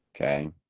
Okay